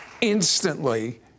instantly